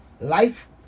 Life